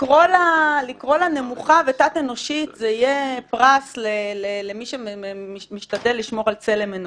לקרוא לה נמוכה ותת-אנושית זה יהיה פרס למי שמשתדל לשמור על צלם אנוש.